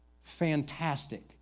Fantastic